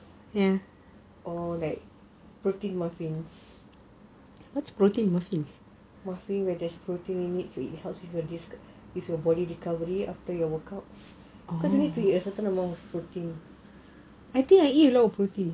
or like protein muffins muffins where there is protein in it so it helps with uh this with your body recovery after your workout because you need a certain amount of protein